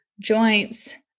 joints